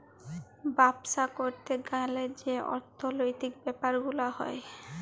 বাপ্সা ক্যরতে গ্যালে যে অর্থলৈতিক ব্যাপার গুলা হ্যয়